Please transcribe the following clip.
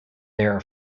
their